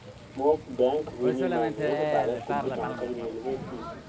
मोक बैंक विनियमनेर बारे कुछु जानकारी मिल्बे की